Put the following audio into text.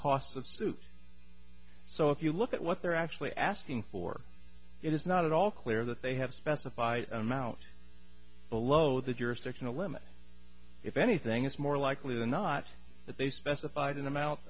suits so if you look at what they're actually asking for it is not at all clear that they have specified amount below the jurisdictional limit if anything is more likely than not that they specified an amount